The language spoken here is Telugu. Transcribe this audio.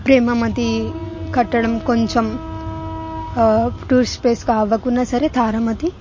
ప్రేమామతి కట్టడం కొంచెం ఆ టూరిస్ట్ స్పేస్ కావకున్న సరే తారామతి